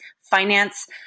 finance